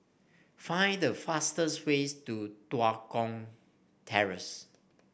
find the fastest way to Tua Kong Terrace